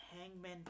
Hangman